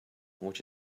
which